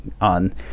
on